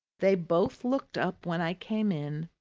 they both looked up when i came in,